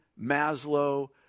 Maslow